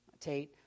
Tate